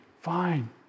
Fine